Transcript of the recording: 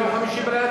ביום חמישי בלילה,